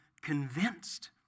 convinced